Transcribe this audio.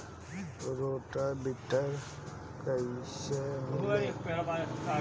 Rotor weeder कईसे मिले?